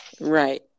Right